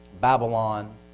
Babylon